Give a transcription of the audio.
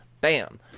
Bam